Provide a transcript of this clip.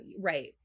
Right